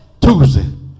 Tuesday